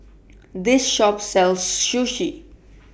This Shop sells Sushi